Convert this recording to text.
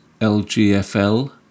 lgfl